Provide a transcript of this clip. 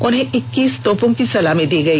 उन्हें इक्कीस तोपों की सलामी दी गई